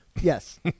Yes